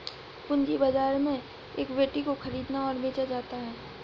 पूंजी बाजार में इक्विटी को ख़रीदा और बेचा जाता है